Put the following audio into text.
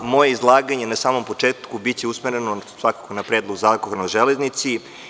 Moje izlaganje na samom početku biće usmereno svakako na Predlog zakona o železnici.